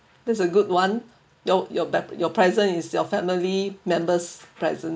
this is a good one your your pre~ your present is your family members present